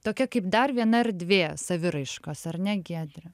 tokia kaip dar viena erdvė saviraiškos ar ne giedre